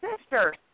sister